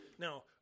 Now